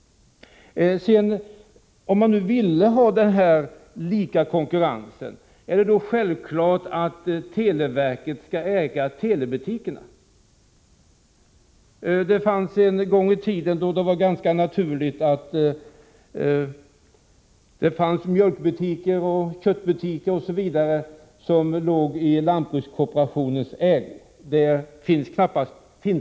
Och om man vill ha denna konkurrensneutralitet, är det då självklart att televerket skall äga telebutikerna? En gång i tiden var det ganska naturligt med mjölkoch köttbutiker i lantbrukskooperationens ägo. De finns inte mera.